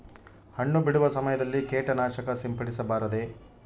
ಹಣ್ಣು ಬಿಡುವ ಸಮಯದಲ್ಲಿ ಕೇಟನಾಶಕ ಸಿಂಪಡಿಸಬಾರದೆ?